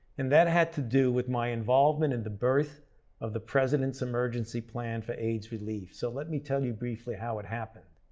and that had to do with my involvement in the birth of the president's emergency plan for aids relief, so let me tell you briefly how it happened.